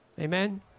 Amen